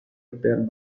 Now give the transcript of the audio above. perd